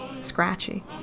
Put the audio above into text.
scratchy